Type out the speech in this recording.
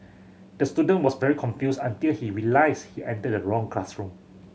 the student was very confused until he realised he entered the wrong classroom